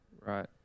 Right